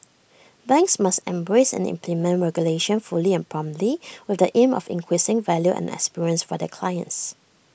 banks must embrace and implement regulation fully and promptly with the aim of increasing value and experience for their clients